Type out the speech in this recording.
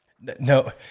no